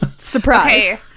Surprise